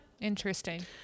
interesting